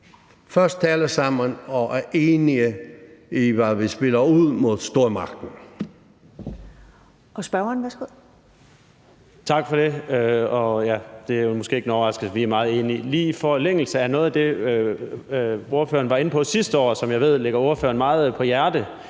først taler sammen og er enige om, hvad vi spiller ud mod stormagten.